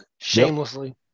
Shamelessly